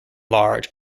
large